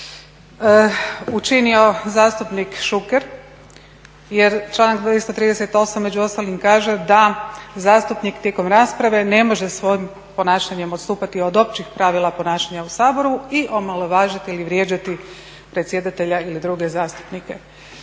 učinio zastupnik Šuker jer članak 238. među ostalim kaže da zastupnik tijekom rasprave ne može svojim ponašanjem odstupati od općih pravila ponašanja u Saboru i omalovažiti ili vrijeđati predsjedatelja ili druge zastupnike.